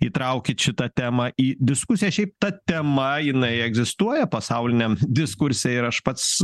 įtraukit šitą temą į diskusiją šiaip ta tema jinai egzistuoja pasauliniam diskurse ir aš pats